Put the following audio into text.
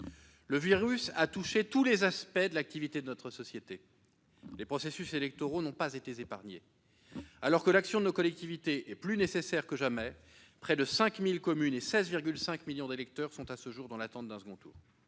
Le virus a touché tous les aspects de l'activité de notre société. Les processus électoraux n'ont pas été épargnés. Alors que l'action de nos collectivités est plus nécessaire que jamais, près de 5 000 communes et 16,5 millions d'électeurs sont à ce jour dans l'attente d'un second tour.